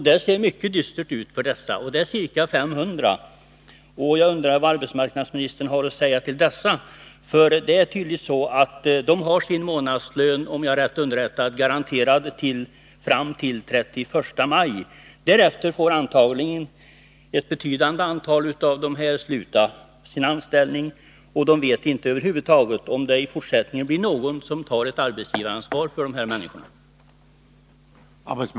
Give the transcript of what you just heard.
Det ser mycket dystert ut för dessa ca 500 skogsarbetare. Jag undrar vad arbetsmarknadsministern har att säga till dem. De har, om jag är rätt informerad, sin månadslön garanterad fram till den 31 maj. Därefter får antagligen ett betydande antal av dessa människor sluta sin anställning, och de vet inte om över huvud taget någon i fortsättningen kommer att ta ett arbetsgivaransvar för dem.